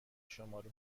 شمارو